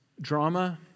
drama